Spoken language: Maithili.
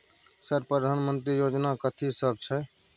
सर प्रधानमंत्री योजना कथि सब छै?